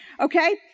Okay